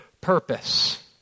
purpose